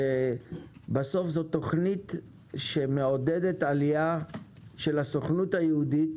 בסוף זו תוכנית שמעודדת עלייה של הסוכנות היהודית